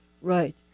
right